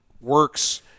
works